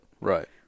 Right